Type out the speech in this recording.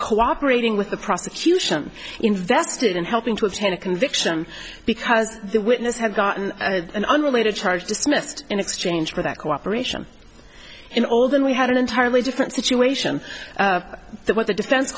cooperating with the prosecution invested in helping to obtain a conviction because the witness had gotten an unrelated charge dismissed in exchange for that cooperation in all then we had an entirely different situation that what the defense